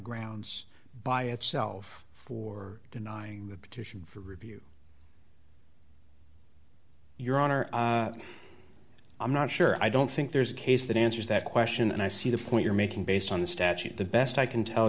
grounds by itself for denying the petition for review your honor i'm not sure i don't think there's a case that answers that question and i see the point you're making based on the statute the best i can tell